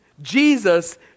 Jesus